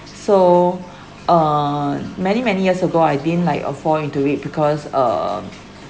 so err many many years ago I didn't like uh fall into it because um